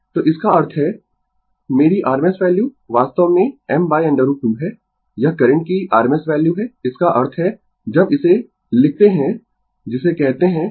तो इसका अर्थ है मेरी rms वैल्यू वास्तव में m√ 2 है यह करंट की rms वैल्यू है इसका अर्थ है जब इसे लिखता है जिसे कहते है